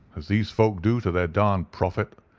as these folk do to their darned prophet.